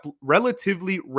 relatively